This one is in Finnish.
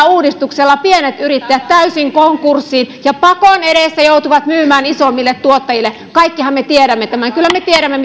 uudistuksella pienet yrittäjät täysin konkurssiin ja pakon edessä ne joutuvat myymään isommille tuottajille kaikkihan me tiedämme tämän kyllä me tiedämme